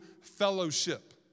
fellowship